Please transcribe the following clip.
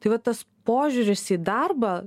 tai vat tas požiūris į darbą